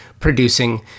producing